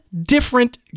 different